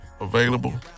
available